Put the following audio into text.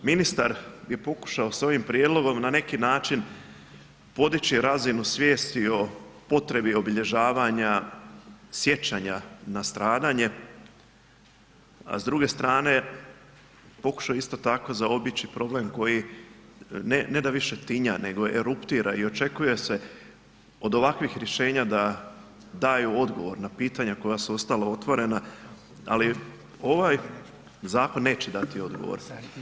Ministar je pokušao s ovim prijedlogom na neki način podići razinu svijesti o potrebi obilježavanja sjećanja na stradanje, s druge strane, pokušao je isto tako zaobići problem koji, ne da više tinja nego eruptira i očekuje se od ovakvih rješenja da daju odgovor na pitanja koja su ostala otvorena, ali ovaj zakon neće dati odgovor.